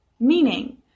meaning